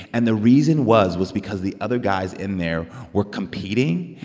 and the reason was was because the other guys in there were competing,